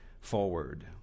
forward